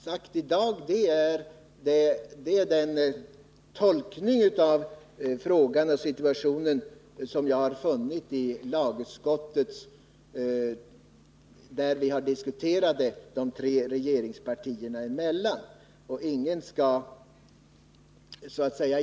Vad jag har talat om i dag är behandlingen av frågan i lagutskottet, där de tre regeringspartiernas representanter har diskuterat saken.